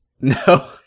No